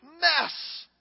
mess